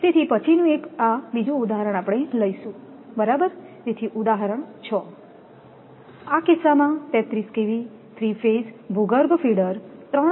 તેથી પછીનું એક આ બીજું ઉદાહરણ આપણે લઈશું બરાબર તેથી ઉદાહરણ 6 આ કિસ્સામાં 33 KV 3 ફેઝ ભૂગર્ભ ફીડર 3